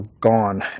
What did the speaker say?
gone